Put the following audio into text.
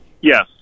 Yes